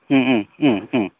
उम उम उम